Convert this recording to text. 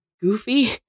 goofy